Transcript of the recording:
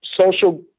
social